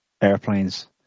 airplanes